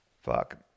fuck